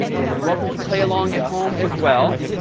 and you're welcome to play along at home as well.